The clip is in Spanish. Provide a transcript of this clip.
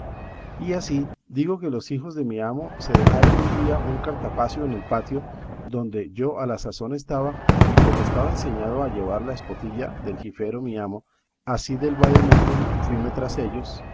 y así digo que los hijos de mi amo se dejaron un día un cartapacio en el patio donde yo a la sazón estaba y como estaba enseñado a llevar la esportilla del jifero mi amo así del vademécum y fuime tras ellos